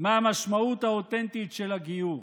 מהמשמעות האותנטית של הגיור.